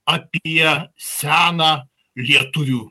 apie seną lietuvių